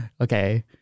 okay